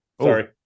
Sorry